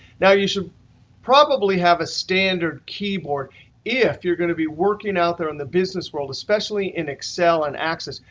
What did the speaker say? now you should probably have a standard keyboard if you're going to be working out there in the business world, especially in excel and access.